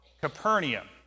Capernaum